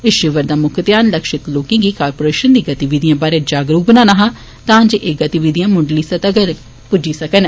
इस शिवर दा मुक्ख ध्यान लक्ष्ति लोकें गी कारपोरेशन दी गतिविधिएं बारै जागरूक बनाना हा तां जे एह् गतिविधियां मुडली स्तह तगर पुज्जी सकन